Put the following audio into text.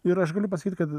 ir aš galiu pasakyti kad